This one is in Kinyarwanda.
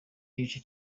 igice